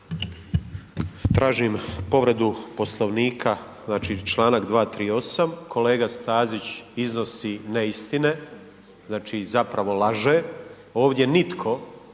Tražim povredu Poslovnika, znači čl. 238., kolega Stazić iznosi neistine, znači zapravo laže, ovdje nitko,